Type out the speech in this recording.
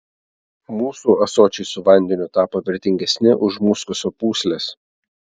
mūsų ąsočiai su vandeniu tapo vertingesni už muskuso pūsles